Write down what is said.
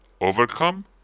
overcome